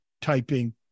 typing